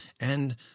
and